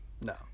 No